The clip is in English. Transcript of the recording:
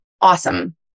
awesome